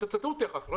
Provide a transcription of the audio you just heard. שתצטטו אותי אחר כך.